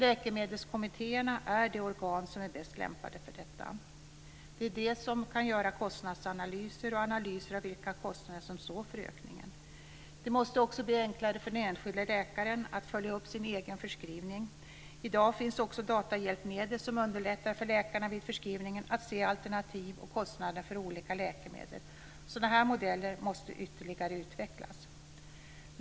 Läkemedelskommittéerna är de organ som är bäst lämpade för detta. Det är de som kan göra kostnadsanalyser och analyser av vilka kostnader som står för ökningen. Det måste också bli enklare för den enskilde läkaren att följa upp sin egen förskrivning. I dag finns också datahjälpmedel som underlättar för läkarna att vid förskrivningen se alternativ och kostnader för olika läkemedel. Sådana modeller måste ytterligare utvecklas.